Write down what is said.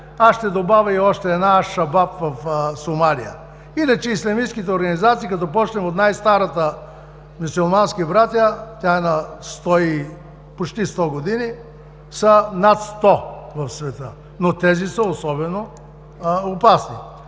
аз ще добавя и още една – „Шабат“ в Сомалия. Иначе ислямистките организации, като започнем от най-старата „Мюсюлмански братя“, тя е на почти сто години, са над 100 в света, но тези са особено опасни.